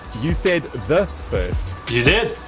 you said the first. you did,